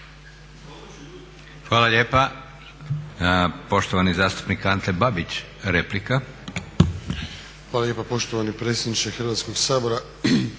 Hvala lijepa. Poštovani zastupnik Ante Babić, replika. **Babić, Ante (HDZ)** Hvala lijepa poštovani predsjedniče Hrvatskoga sabora.